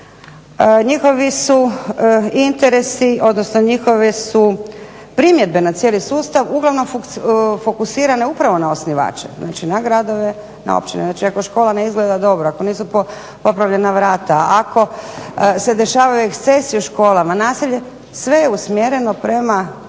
njihovi su interesi odnosno njihove su primjedbe na cijeli sustav uglavnom fokusirane upravo na osnivače, znači na gradove, na općine. Znači ako škola ne izgleda dobro ako nisu popravljena vrata, ako se dešavaju ekscesi u školama, nasilje, sve je usmjereno prema